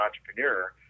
entrepreneur